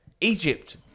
Egypt